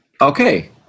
okay